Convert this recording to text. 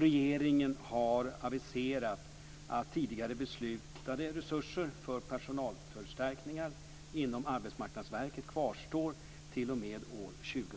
Regeringen har aviserat att tidigare beslutade resurser för personalförstärkningar inom Arbetsmarknadsverket kvarstår t.o.m. år 2001.